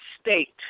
state